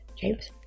James